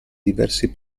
diversi